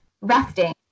resting